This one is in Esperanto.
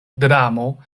dramo